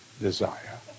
desire